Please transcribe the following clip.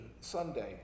Sunday